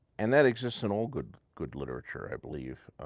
and that exists in all good good literature, i believe.